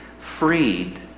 freed